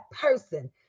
person